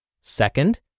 Second